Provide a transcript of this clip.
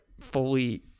fully